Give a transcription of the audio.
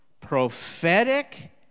prophetic